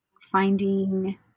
finding